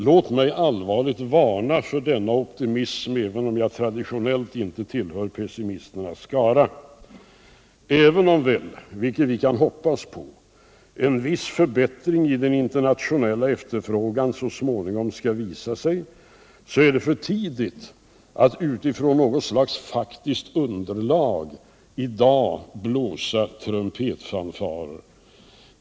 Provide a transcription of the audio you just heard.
Låt mig allvarligt varna för denna optimism, även om jag traditionellt inte tillhör pessimisternas skara. Även om väl — vilket vi kan hoppas på — en viss förbättring i den internationella efterfrågan så småningom skall visa sig, så är det för tidigt att utifrån något slags faktiskt underlag i dag blåsa trumpetfanfarer.